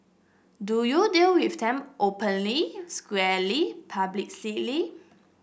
do you deal with them openly squarely publicly